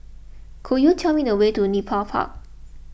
could you tell me the way to Nepal Park